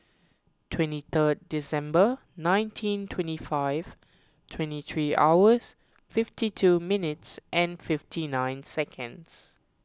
twenty third December nineteen twenty five twenty three hours fifty two minutes and fifty nine seconds